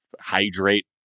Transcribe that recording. hydrate